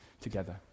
together